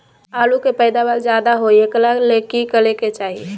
आलु के पैदावार ज्यादा होय एकरा ले की करे के चाही?